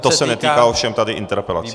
To se netýká ovšem tady interpelací.